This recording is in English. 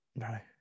right